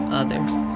others